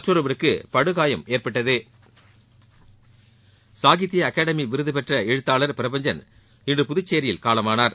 மற்றொருவருக்கு படுகாயம் ஏற்பட்டது சாகித்ய அகாடமி விருது பெற்ற எழுத்தாளர் பிரபஞ்சன் இன்று புதுச்சேரியில் காலமானார்